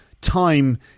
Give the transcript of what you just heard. time